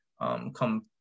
come